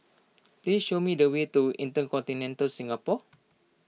please show me the way to Intercontinental Singapore